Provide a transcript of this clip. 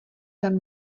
tam